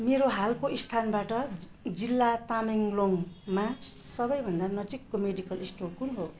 मेरो हालको स्थानबाट जिल्ला तामेङलोङमा सबैभन्दा नजिकको मेडिकल स्टोर कुन हो